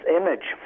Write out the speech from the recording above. image